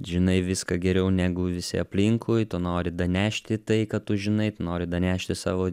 žinai viską geriau negu visi aplinkui tu nori danešti tai kad tu žinai tu nori danešti savo